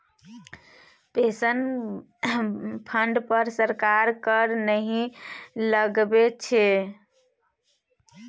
pension fund पर सरकार कर नहि लगबै छै